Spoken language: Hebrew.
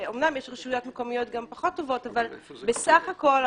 שאמנם יש רשויות מקומיות גם פחות טובות אבל בסך הכל,